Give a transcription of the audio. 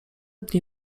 dni